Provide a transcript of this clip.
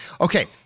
Okay